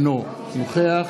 אינו נוכח